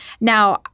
Now